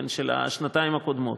של השנתיים הקודמות.